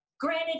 granted